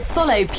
Follow